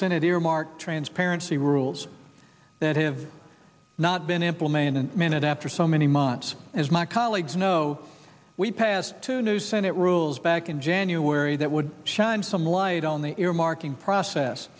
senate earmark transparency rules that have not been implemented minute after so many months as my colleagues know we passed two new senate rules back in january that would shine some light on the earmarking process